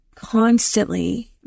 constantly